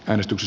menestys